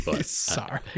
Sorry